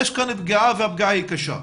יש כאן פגיעה והפגיעה היא קשה.